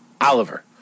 Oliver